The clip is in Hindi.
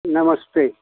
नमस्ते